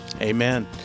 Amen